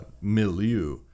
milieu